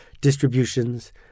distributions